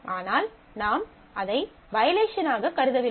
ஆனால் நாம் அதை வயலேஷன் ஆகக் கருதவில்லை